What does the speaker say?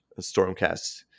Stormcast